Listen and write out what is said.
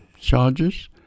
charges